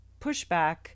pushback